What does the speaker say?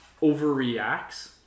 overreacts